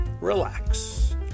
relax